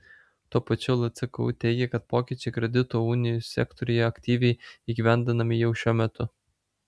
tuo pačiu lcku teigia kad pokyčiai kredito unijų sektoriuje aktyviai įgyvendinami jau šiuo metu